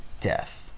death